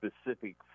specific